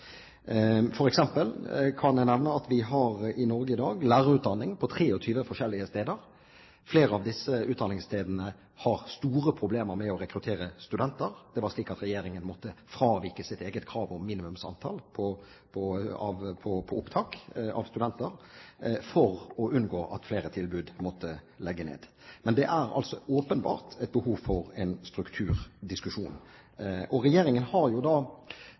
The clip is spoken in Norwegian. kan jeg nevne at vi i Norge i dag har lærerutdanning på 23 forskjellige steder. Flere av disse utdanningsstedene har store problemer med å rekruttere studenter. Det var slik at regjeringen måtte fravike sitt eget krav om minimumsantall for opptak av studenter for å unngå at flere tilbud måtte legges ned. Men det er altså åpenbart et behov for en strukturdiskusjon. Regjeringen har jo